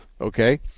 okay